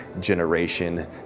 generation